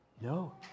No